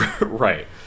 right